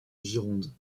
gironde